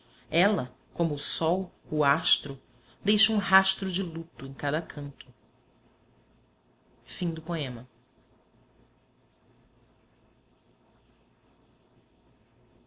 ela como o sol o astro deixa um rastro de luto em cada